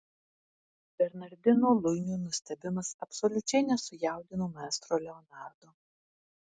bernardino luinio nustebimas absoliučiai nesujaudino maestro leonardo